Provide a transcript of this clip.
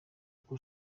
uko